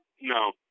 no